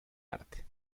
arte